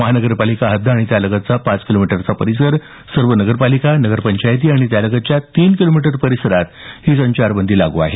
महानगरपालिका हद्द आणि लगतचा पाच किलोमीटरचा परिसर सर्व नगरपालिका नगर पंचायती आणि त्यालगतच्या तीन किलोमीटर परिसरात ही संचारबंदी लागू आहे